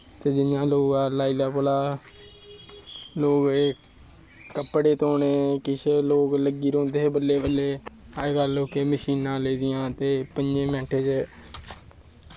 ते जियां लोग लाई लैओ भला लोग कपड़े धोनें किश लोग लग्गी रौंह्दे हे हल्लैं बल्लैं अज्ज कल लोकें मशीनां लेदियां ते पंज़ें मिटें